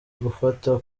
gufata